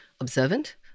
observant